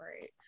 Right